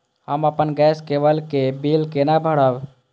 हम अपन गैस केवल के बिल केना भरब?